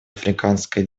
африканской